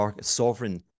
sovereign